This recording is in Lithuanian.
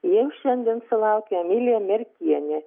ji jau šiandien sulaukė emilija merkienė